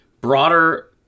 broader